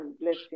blessing